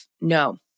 no